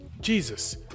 Jesus